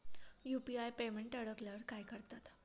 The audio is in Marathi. यु.पी.आय पेमेंट अडकल्यावर काय करतात?